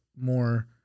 more